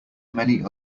many